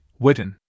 Witten